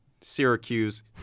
Syracuse